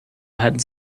had